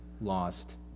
lost